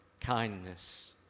Kindness